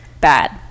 bad